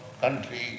country